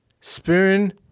Spoon